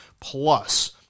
plus